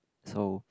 so